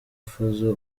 fazzo